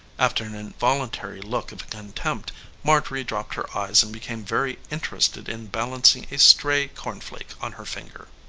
after an involuntary look of contempt marjorie dropped her eyes and became very interested in balancing a stray corn-flake on her finger.